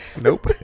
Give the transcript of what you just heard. Nope